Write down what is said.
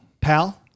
Pal